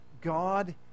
God